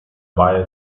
baia